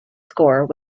score